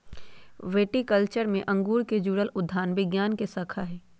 viticulture में अंगूर से जुड़ल उद्यान विज्ञान के शाखा हई